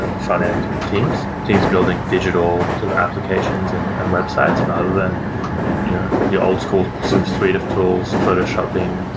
and front-end teams teams building digital sort of applications and and websites, rather than you know the old school sort of suite of tools, photoshopping,